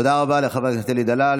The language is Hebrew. תודה רבה לחבר הכנסת אלי דלל.